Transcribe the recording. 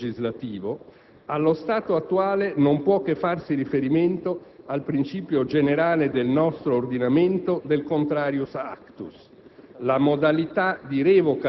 del suddetto decreto legislativo, allo stato attuale non può che farsi riferimento al principio generale del nostro ordinamento del *contrarius actus*: